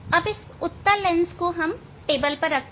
अब उत्तल लेंस को टेबल पर रखते हैं